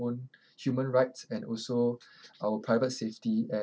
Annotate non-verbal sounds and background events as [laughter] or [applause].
own human rights and also [breath] our private safety and